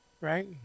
right